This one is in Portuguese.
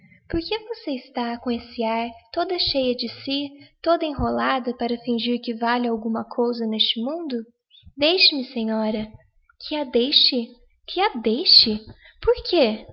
porque está você com esse ar ioda cheia de si toda enrolada para flngír que vale alguma cousa neste mundo deixe-me senhora que a deixe qhq a deixe porque